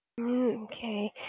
okay